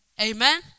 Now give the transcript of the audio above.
Amen